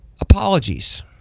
Apologies